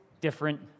different